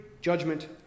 judgment